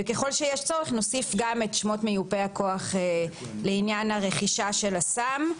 וככל שיש צורך נוסיף גם את שמות מיופי הכוח לעניין הרכישה של הסם.